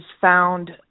found